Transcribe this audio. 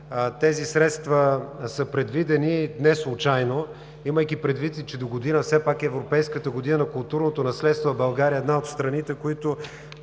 Тези средства са предвидени неслучайно, имайки предвид, че догодина все пак е Европейската година на културното наследство, а България е една от страните, които